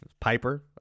Piper